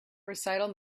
recital